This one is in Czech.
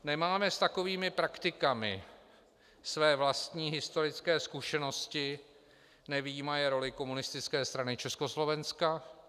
Nemáme s takovými praktikami své vlastní historické zkušenosti, nevyjímaje roli Komunistické strany Československa?